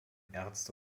ärzte